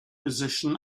position